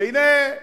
והנה,